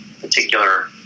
particular